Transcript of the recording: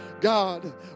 God